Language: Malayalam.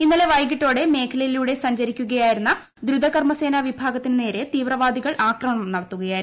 ഇന്നലെ വൈകിട്ടോടെ മേഖലയിലൂടെ സഞ്ചരിക്കുകയായിരുന്ന ദ്രുതകർമ്മസേന വിഭാഗത്തിനു നേരെ തീവ്രവാദികൾ ആക്രമണം നടത്തുകയായിരുന്നു